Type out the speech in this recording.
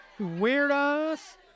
Weirdos